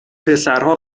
پسرها